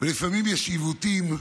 ולפעמים יש עיוותים,